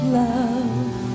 love